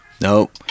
Nope